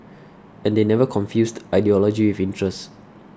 and they never confused ideology with interest